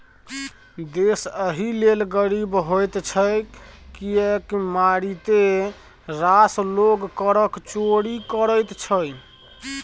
देश एहि लेल गरीब होइत छै किएक मारिते रास लोग करक चोरि करैत छै